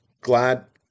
glad